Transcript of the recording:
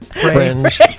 Fringe